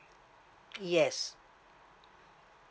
yes